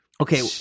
Okay